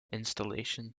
installation